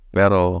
pero